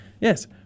Yes